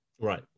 Right